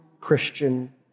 Christian